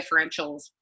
differentials